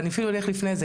ואפילו לפני זה,